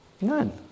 None